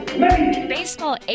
baseball